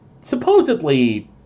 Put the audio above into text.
supposedly